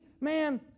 man